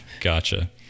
Gotcha